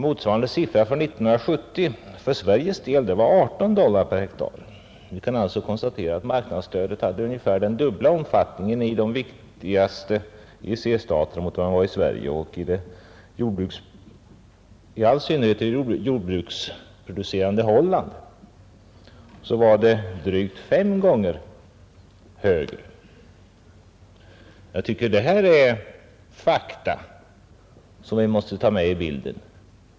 Motsvarande siffra år 1970 för Sverige var 18 dollar per hektar. Vi kan alltså konstatera att marknadsstödet var ungefär dubbelt så stort i de viktigaste EEC-staterna och att det i det jordbruksproducerande Holland var drygt fem gånger högre. Jag tycker att det här är fakta som vi måste ta med i bilden.